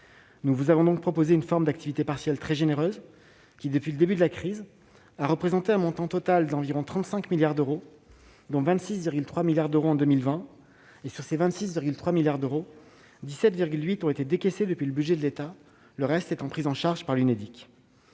Nous vous avons donc proposé une forme d'activité partielle très généreuse qui, depuis le début de la crise, a représenté un montant total d'environ 35 milliards d'euros, dont 26,3 milliards d'euros en 2020. Sur cette dernière somme, 17,8 milliards d'euros ont été décaissés depuis le budget de l'État, le reste étant pris en charge par l'Unédic.